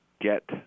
get